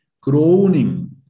groaning